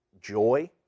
joy